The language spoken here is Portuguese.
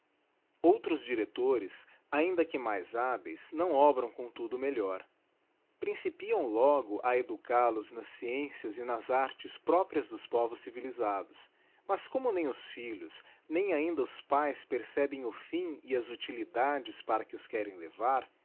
outros directores ainda que mais babeis não obram comtudo melhor principiam logo a educal os nas sciencias e nas artes próprias dos povos civilisados mas como nem os filhos nem ainda os pães percebem o fim e as utilidades para que os querem levar